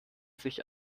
sich